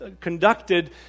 conducted